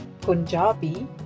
Punjabi